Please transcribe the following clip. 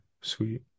Sweet